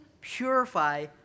purify